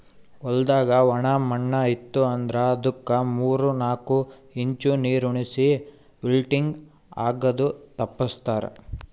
ಹೊಲ್ದಾಗ ಒಣ ಮಣ್ಣ ಇತ್ತು ಅಂದ್ರ ಅದುಕ್ ಮೂರ್ ನಾಕು ಇಂಚ್ ನೀರುಣಿಸಿ ವಿಲ್ಟಿಂಗ್ ಆಗದು ತಪ್ಪಸ್ತಾರ್